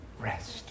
rest